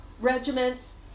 regiments